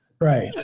right